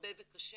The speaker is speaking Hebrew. הרבה וקשה